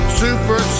super